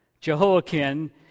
Jehoiakim